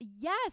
Yes